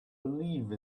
believe